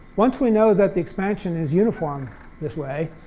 once we know that the expansion is uniform this way,